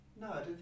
No